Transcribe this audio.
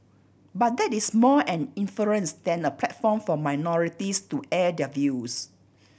but that is more an inference than a platform for minorities to air their views